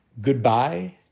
Goodbye